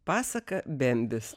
pasaka bembis